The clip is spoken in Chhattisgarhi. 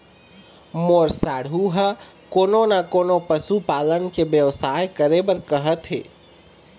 मोर साढ़ू ह कोनो न कोनो पशु पालन के बेवसाय करे बर कहत हे